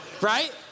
Right